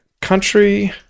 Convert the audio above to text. country